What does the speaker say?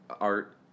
art